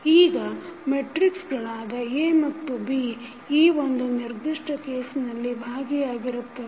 ಈಗ ಮೆಟ್ರಿಕ್ಸಗಳಾದ A ಮತ್ತು B ಈ ಒಂದು ನಿರ್ದಿಷ್ಟ ಕೇಸ್ನಲ್ಲಿ ಭಾಗಿಯಾಗಿರುತ್ತವೆ